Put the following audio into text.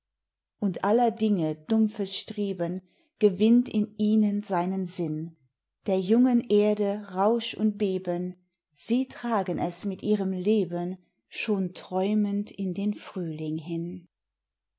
und aller dinge dumpfes streben gewinnt in ihnen seinen sinn der jungen erde rausch und beben sie tragen es mit ihrem leben schon träumend in den frühling hin